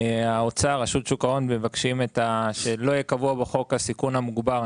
האוצר ורשות שוק ההון מבקשים שלא יהיה קבוע בחוק הסיכון המוגבר.